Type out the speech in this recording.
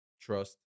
trust